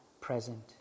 Present